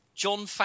John